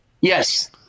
Yes